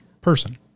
person